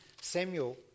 Samuel